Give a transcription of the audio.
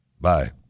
Bye